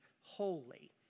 holy